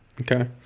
Okay